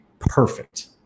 perfect